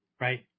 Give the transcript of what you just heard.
Right